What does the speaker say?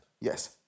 Yes